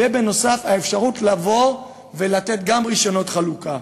ובנוסף, האפשרות לבוא ולתת גם רישיונות חלוקה.